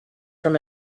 from